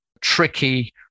tricky